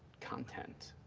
content.